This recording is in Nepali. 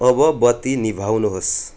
अब बत्ती निभाउनुहोस्